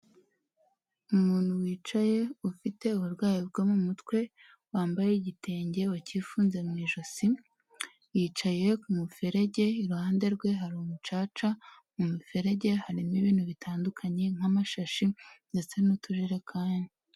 Umuntu wicaye ufite uburwayi bwo mu mutwe, wambaye igitenge wakifunze mu ijosi, yicaye ku muferege iruhande rwe hari umucaca, mu muferege harimo ibintu bitandukanye nk'amashashi ndetse n'utujerekani.